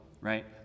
right